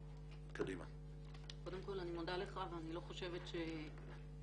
קודם כל אני מודה לך ואני לא חושבת שיש